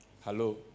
Hello